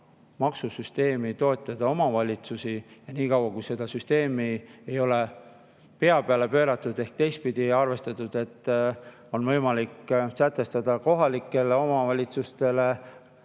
maksusüsteemi toetada omavalitsusi niikaua, kuni seda süsteemi ei ole pea peale pööratud ehk teistpidi arvestatud nii, et oleks võimalik sätestada, et kohalike omavalitsuste